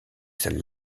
celle